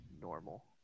normal